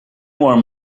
more